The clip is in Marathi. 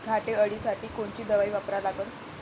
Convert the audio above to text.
घाटे अळी साठी कोनची दवाई वापरा लागन?